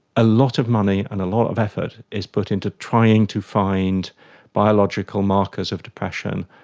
a lot of money and a lot of effort is put into trying to find biological markers of depression,